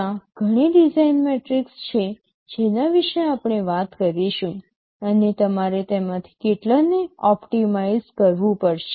ત્યાં ઘણી design metrics છે જેના વિશે આપણે વાત કરીશું અને તમારે તેમાંથી કેટલાકને ઓપ્ટિમાઇઝ કરવું પડશે